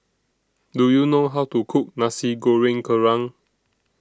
Do YOU know How to Cook Nasi Goreng Kerang